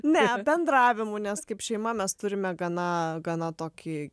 ne bendravimu nes kaip šeima mes turime gana gana tokį